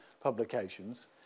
publications